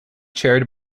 chaired